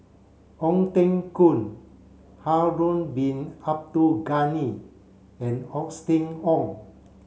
Ong Teng Koon Harun bin Abdul Ghani and Austen Ong